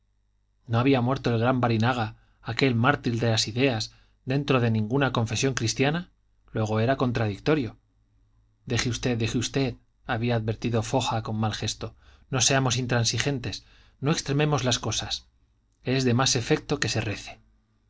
no había muerto el gran barinaga aquel mártir de las ideas dentro de ninguna confesión cristiana luego era contradictorio deje usted deje usted había advertido foja con mal gesto no seamos intransigentes no extrememos las cosas es de más efecto que se rece